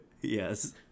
Yes